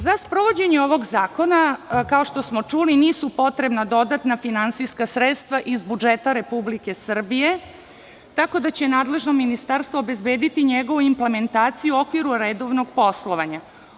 Za sprovođenje ovog zakona, kao što smo čuli, nisu potrebna dodatna finansijska sredstva iz budžeta Republike Srbije, tako da će nadležno ministarstvo obezbediti njegovu implementaciju u okviru redovnog poslovanja.